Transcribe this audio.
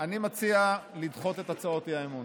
אני מציע לדחות את הצעות האי-אמון.